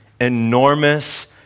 enormous